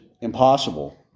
impossible